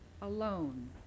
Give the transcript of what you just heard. alone